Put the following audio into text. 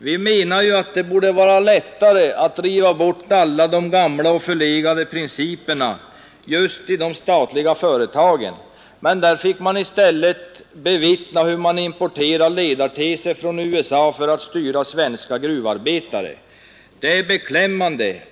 Vi menar att det borde vara lättare att riva bort alla de gamla och förlegade principerna i de statliga företagen än i andra, men i stället har vi fått bevittna hur man importerar ledarteser från USA för att styra svenska gruvarbetare. Detta är beklämmande.